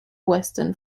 western